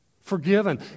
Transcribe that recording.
forgiven